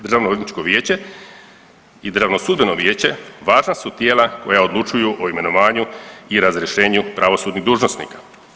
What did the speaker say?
Državnoodvjetničko vijeće i Državno sudbeno vijeće važna su tijela koja odlučuju o imenovanju i razrješenju pravosudnih dužnosnika.